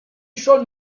schon